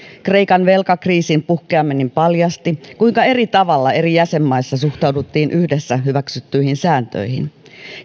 kreikan velkakriisin puhkeaminen paljasti kuinka eri tavalla eri jäsenmaissa suhtauduttiin yhdessä hyväksyttyihin sääntöihin